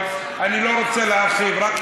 דחילק, ארבע שנים.